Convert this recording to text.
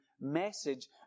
message